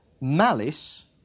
Malice